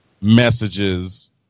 messages